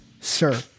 Sir